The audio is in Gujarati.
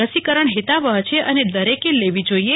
રસીકરણ ફિતાવફ છે એ દરેકે લેવી જોઇએ